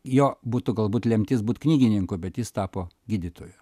jo būtų galbūt lemtis būt knygininku bet jis tapo gydytoju